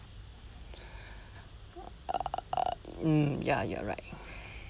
err mm ya you're right